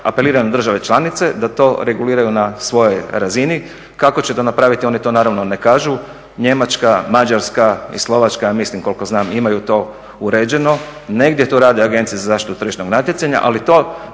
apelira na države članice da to reguliraju na svojoj razini. Kako će to napraviti, oni to naravno ne kažu. Njemačka, Mađarska i Slovačka mislim, koliko znam, imaju to uređeno. Negdje to rade agencije za zaštitu tržišnog natjecanja, ali to